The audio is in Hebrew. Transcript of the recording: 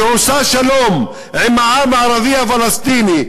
שעושה שלום עם העם הערבי הפלסטיני,